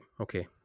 Okay